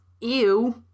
Ew